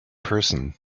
person